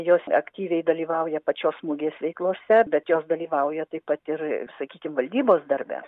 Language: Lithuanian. jos aktyviai dalyvauja pačios mugės veiklose bet jos dalyvauja taip pat ir sakykim valdybos darbe